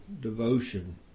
devotion